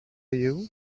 you